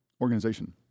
organization